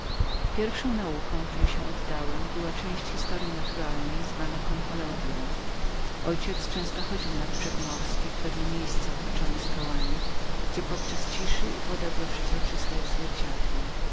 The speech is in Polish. pierwszą nauką której się oddałem była część historyi naturalnej zwana konchyologią mój ojciec często chodził nad brzeg morski w pewne miejsce otoczone skałami gdzie podczas ciszy woda przeźroczystą jak zwierciadło